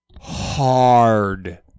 Hard